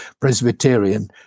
Presbyterian